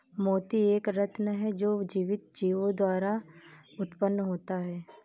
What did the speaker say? मोती एक रत्न है जो जीवित जीवों द्वारा उत्पन्न होता है